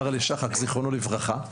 אהרל'ה שחק זכרונו לברכה,